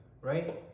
right